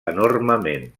enormement